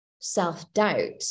self-doubt